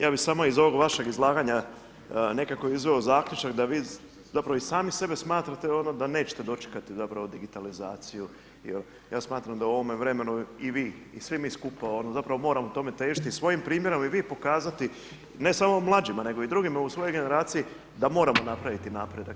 Ja bi samo iz ovog vašeg izlaganja nekako izveo zaključak da vi zapravo i sami sebe smatrate, ono, da nećete dočekati digitalizaciju, jel, ja smatram da u ovome vremenu i vi, i svi mi skupa, ono, zapravo moramo tome težiti, i svojim primjerom i vi pokazati, ne samo mlađima, nego i drugima u svojoj generaciji, da moramo napraviti napredak.